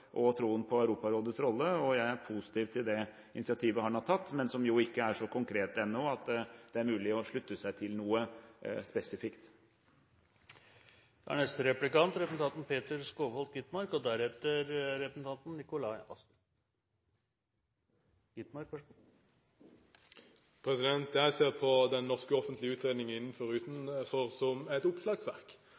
og troen på Europarådets rolle. Jeg er positiv til det initiativet han har tatt, men det er jo ikke så konkret ennå at det er mulig å slutte seg til noe spesifikt. Jeg ser på den norske offentlige utredningen Utenfor og innenfor som et oppslagsverk. Jeg mener at den meldingen som Stortinget ble presentert i etterkant, er for dårlig, men samtidig med et